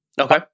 Okay